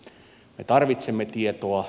me tarvitsemme tietoa